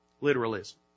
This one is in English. Literalism